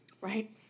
Right